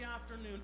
afternoon